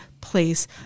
place